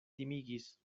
timigis